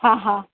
હા હા